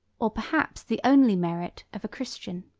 or perhaps the only merit of a christian.